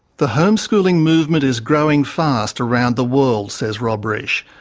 the homeschooling movement is growing fast around the world, says rob reich,